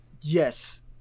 Yes